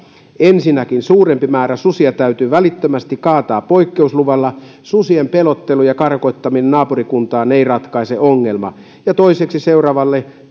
ensinnäkin suurempi määrä susia täytyy välittömästi kaataa poikkeusluvalla susien pelottelu ja karkottaminen naapurikuntaan ei ratkaise ongelmaa toiseksi seuraavalle